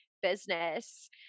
business